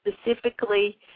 specifically